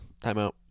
Timeout